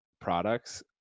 products